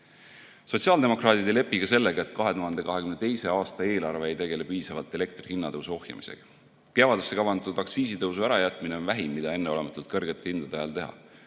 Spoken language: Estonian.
hingele. Sotsiaaldemokraadid ei lepi ka sellega, et 2022. aasta eelarve ei tegele piisavalt elektri hinna tõusu ohjeldamisega. Kevadeks kavandatud aktsiisitõusu ärajätmine on vähim, mida enneolematult kõrgete hindade ajal teha,